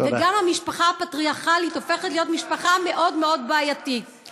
וגם המשפחה הפטריארכלית הופכת להיות משפחה מאוד מאוד בעייתית.